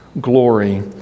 glory